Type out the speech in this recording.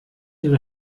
ihre